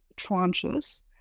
tranches